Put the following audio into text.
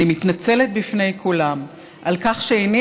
אני מתנצלת בפני כולם על כך שאיני